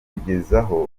kutugezaho